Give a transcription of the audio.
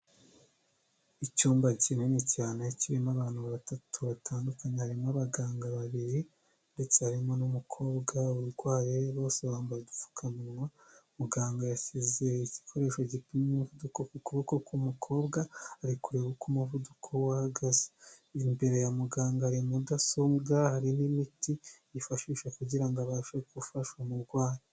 Icyumba kinini cyane kirimo abantu batatu batandukanye, harimo abaganga babiri ndetse harimo n'umukobwa urwaye, bose bambaye udupfukamunwa, muganga yashyize igikoresho gipima umuvuduko ku kuboko k'umukobwa, ari kureba uko umuvuduko we uhagaze. Imbere ya muganga hari mudasobwa, hari n'imiti yifashisha kugira ngo abashe gufasha umurwayi.